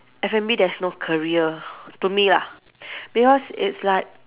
F&B there's no career to me lah because it's like